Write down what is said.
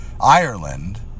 Ireland